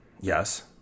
Yes